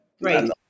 Right